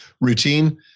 routine